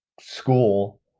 school